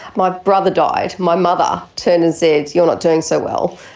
my brother died. my mother turned and said, you're not doing so well,